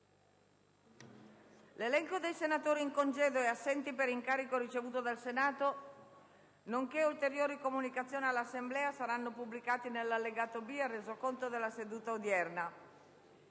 L'elenco dei senatori in congedo e assenti per incarico ricevuto dal Senato, nonché ulteriori comunicazioni all'Assemblea saranno pubblicati nell'allegato B al Resoconto della seduta odierna.